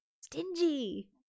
stingy